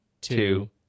two